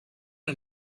you